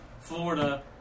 Florida